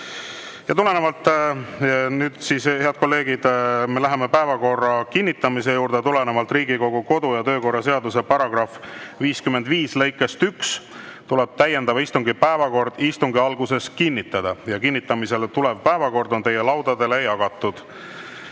otsustusvõimeline. Head kolleegid, me läheme päevakorra kinnitamise juurde. Tulenevalt Riigikogu kodu‑ ja töökorra seaduse § 55 lõikest 1 tuleb täiendava istungi päevakord istungi alguses kinnitada. Kinnitamisele tulev päevakord on teie laudadele jagatud.